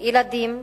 ילדים,